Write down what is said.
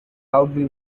loudly